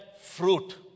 fruit